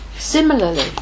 Similarly